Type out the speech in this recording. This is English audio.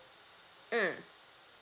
mm